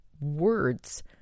words